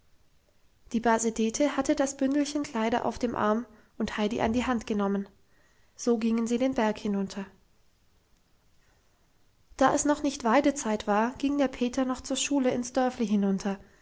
die base dete hatte das bündelchen kleider auf den arm und heidi an die hand genommen so gingen sie den berg hinunter da es noch nicht weidezeit war ging der peter noch zur schule ins dörfli hinunter